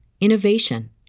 innovation